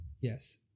Yes